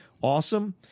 awesome